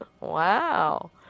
Wow